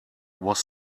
was